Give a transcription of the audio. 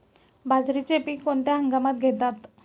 बाजरीचे पीक कोणत्या हंगामात घेतात?